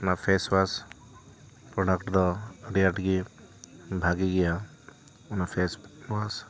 ᱚᱱᱟ ᱯᱷᱮᱥᱳᱭᱟᱥ ᱯᱨᱳᱰᱟᱠᱴ ᱫᱚ ᱟᱹᱰᱤ ᱟᱴ ᱜᱮ ᱵᱷᱟᱹᱜᱤ ᱜᱮᱭᱟ ᱚᱱᱟ ᱯᱷᱮᱥ ᱚᱣᱟᱥ